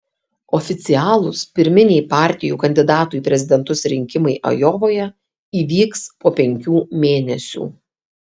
oficialūs pirminiai partijų kandidatų į prezidentus rinkimai ajovoje įvyks po penkių mėnesių